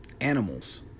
animals